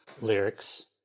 lyrics